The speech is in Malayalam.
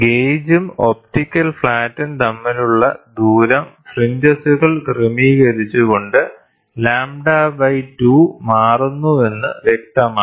ഗേജും ഒപ്റ്റിക്കൽ ഫ്ലാറ്റും തമ്മിലുള്ള ദൂരം ഫ്രിഞ്ചസുകൾ ക്രമീകരിച്ചു കൊണ്ട് λ2 മാറുന്നുവെന്ന് വ്യക്തമാണ്